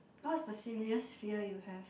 what's the silliest fear you have